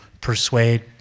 persuade